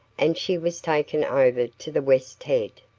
and she was taken over to the west head.